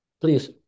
please